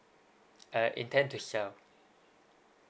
uh intent to sell